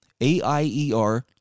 AIER